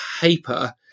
paper